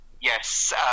Yes